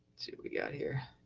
we got here.